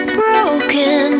broken